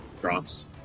drops